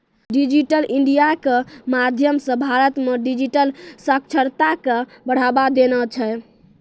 digital India के माध्यम से भारत मे डिजिटल साक्षरता के बढ़ावा देना छै